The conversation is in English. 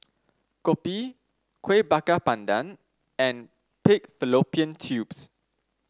kopi Kueh Bakar Pandan and Pig Fallopian Tubes